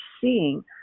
seeing